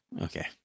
Okay